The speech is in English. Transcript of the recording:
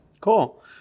Cool